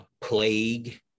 plague